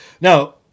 now